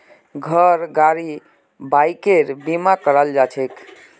घर गाड़ी बाइकेर बीमा कराल जाछेक